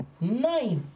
knife